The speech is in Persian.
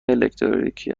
الکتریکی